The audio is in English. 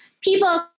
people